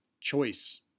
choice